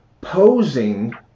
posing